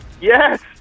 yes